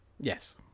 Yes